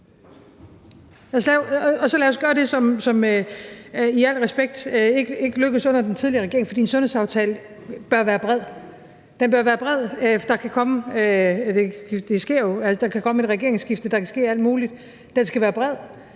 lad os gøre det, som sagt med al respekt ikke lykkedes for den tidligere regering, for en sundhedsaftale bør være bred. Den bør være bred, for det sker jo, at der kan komme et regeringsskifte. Der kan ske alt muligt. Den skal være bred.